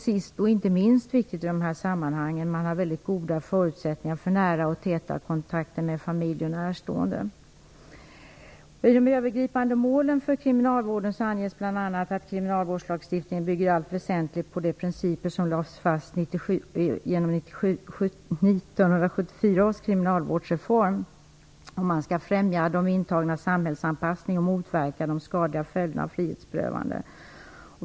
Sist men inte minst viktigt i det här sammanhanget: Man har mycket goda förutsättningar för nära och täta kontakter med familj och närstående. I de övergripande målen för kriminalvården anges bl.a. att kriminalvårdslagstiftningen i allt väsentligt bygger på de principer som lades fast genom 1974 års kriminalvårdsreform. Man skall främja de intagnas samhällsanpassning och motverka de skadliga följderna av frihetsberövandet.